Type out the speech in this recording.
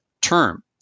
term